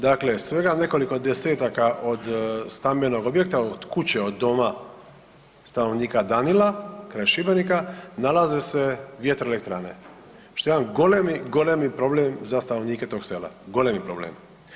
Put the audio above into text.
Dakle, svega nekoliko 10-taka od stambenog objekta, od kuće, od doma stanovnika Danila kraj Šibenika nalaze se vjetroelektrane, što je jedan golemi, golemi problem za stanovnike tog sela, golemi problem.